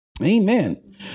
Amen